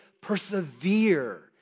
persevere